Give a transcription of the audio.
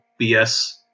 BS